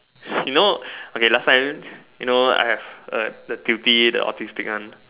you know okay last time you know I have a the tutee the autistic one